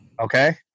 Okay